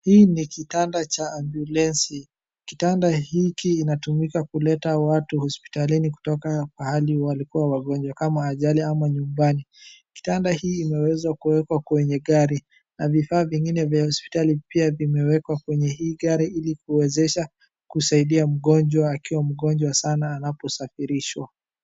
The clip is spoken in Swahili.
Hii ni kitanda cha ambulensi ,kitanda hiki inatumika kuleta watu hosiptalini kutoka pahali walikuwa wagonjwa kama ajli ama nyumbani, kitanda hii imeweza kuweka kwenye gari na vifaa vingine vya hosiptali pia vimewekwa kwenye hii gari ili kuwezesha kusaidia mgonjwa akiwa mgonjwa sana anaposafirishwa.